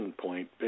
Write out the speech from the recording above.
point